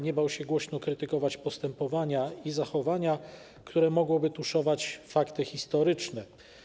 Nie bał się głośno krytykować postępowania, zachowania, które mogłoby tuszować fakty historyczne.